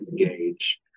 engage